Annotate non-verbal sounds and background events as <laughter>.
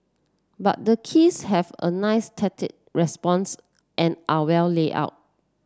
but the keys have a nice <unintelligible> response and are well laid out